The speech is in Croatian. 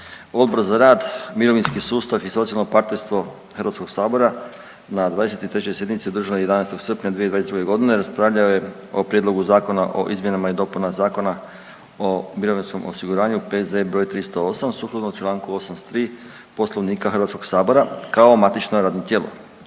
Odbor za rad, mirovinski sustav i socijalno partnerstvo HS-a na 23. sjednici održanoj 11. srpnja 2022.g. raspravljao je o Prijedlogu zakona o izmjenama i dopunama Zakona o mirovinskom osiguranju, P.Z. br. 308, sukladno čl. 83. poslovnika HS-a kao matično radno tijelo.